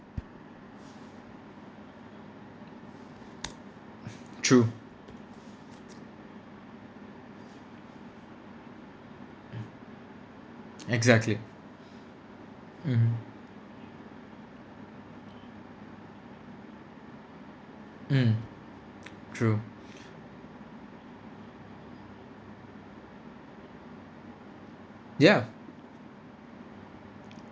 true exactly mmhmm mm true ya